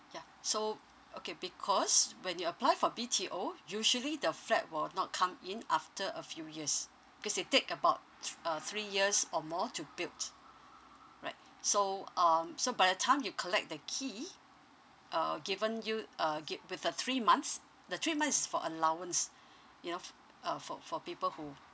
ya so okay because when you apply for B_T_O usually the flat will not come in after a few years cause it take about thr~ uh three years or more to build right so um so by the time you collect the key uh given you uh gi~ with the three months the three months is for allowance you know f~ uh for for people who